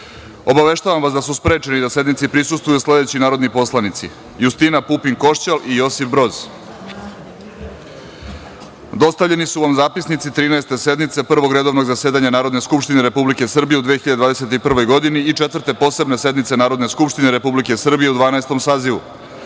skupštine. Obaveštavam vas da su sprečeni da sednici prisustvuju sledeći narodni poslanici: Justina Pupin Košćal i Josip Broz. Dostavljeni su vam zapisnici Trinaeste sednice Prvog redovnog zasedanja Narodne skupštine Republike Srbije u 2021. godini i Četvrte posebne sednice Narodne skupštine Republike Srbije u Dvanaestom